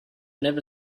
never